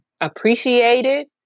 appreciated